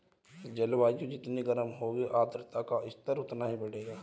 जलवायु जितनी गर्म होगी आर्द्रता का स्तर उतना ही बढ़ेगा